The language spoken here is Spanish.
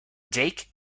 jake